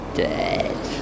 dead